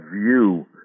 view